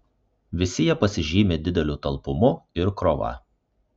visi jie pasižymi dideliu talpumu ir krova